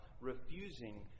refusing